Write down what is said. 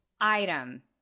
item